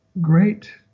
great